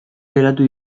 geratu